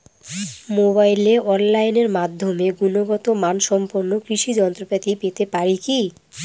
মোবাইলে অনলাইনের মাধ্যমে গুণগত মানসম্পন্ন কৃষি যন্ত্রপাতি পেতে পারি কি?